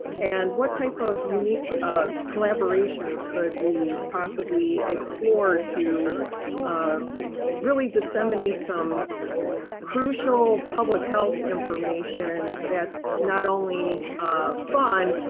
and what type of unique collaborations could we possibly explore to um really disseminate some crucial public health information that's not only fun,